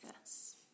Yes